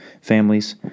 families